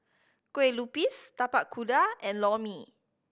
Kueh Lupis Tapak Kuda and Lor Mee